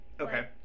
Okay